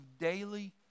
daily